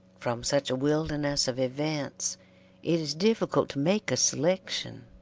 from such a wilderness of events it is difficult to make a selection,